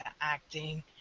acting